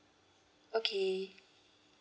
okay